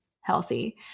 healthy